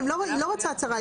היא לא רוצה הצהרה,